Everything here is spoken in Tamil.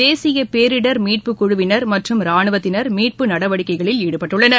தேசியபேரிடர் மீட்பு குழுவினர் மற்றும் ராணுவத்தினர் மீட்பு நடவடிக்கைகளில் ஈடுபட்டுள்ளனர்